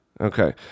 Okay